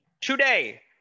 today